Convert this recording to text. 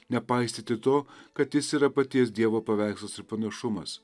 nepaisyti to kad jis yra paties dievo paveikslas ir panašumas